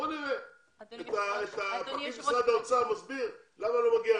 בואו נראה את פקיד משרד האוצר מסביר למה לא מגיע להם.